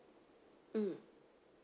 mm